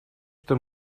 что